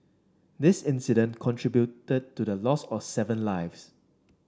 this incident contributed to the loss of seven lives